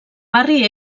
barri